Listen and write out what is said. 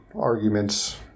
arguments –